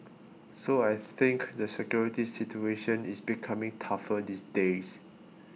so I think the security situation is becoming tougher these days